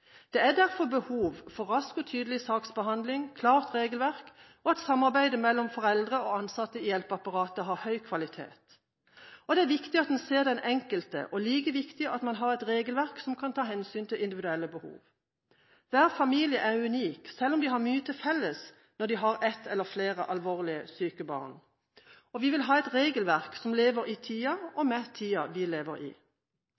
Det er derfor behov for rask og tydelig saksbehandling, et klart regelverk og for at samarbeidet mellom foreldre og ansatte i hjelpeapparatet har høy kvalitet. Det er viktig at man ser den enkelte, og like viktig at man har et regelverk som kan ta hensyn til individuelle behov. Hver familie er unik, selv om de har mye til felles når de har ett eller flere alvorlig syke barn. Vi vil ha et regelverk som lever i tida